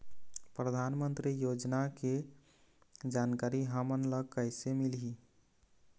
परधानमंतरी योजना के जानकारी हमन ल कइसे मिलही?